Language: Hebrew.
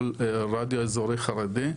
רדיו אזורי חרדי,